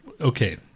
Okay